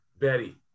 Betty